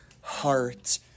heart